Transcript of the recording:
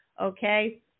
okay